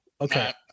Okay